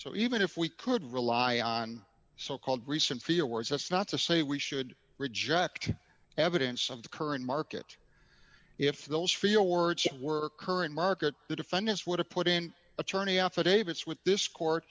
so even if we could rely on so called recent feel words that's not to say we should reject evidence of the current market if those feel words were current market the defendants would have put in attorney affidavits with this court